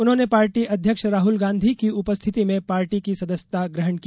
उन्होंने पार्टी अध्यक्ष राहल गांधी की उपस्थिति में पार्टी की सदस्यता ग्रहण की